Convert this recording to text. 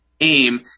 aim